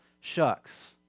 shucks